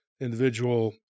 individual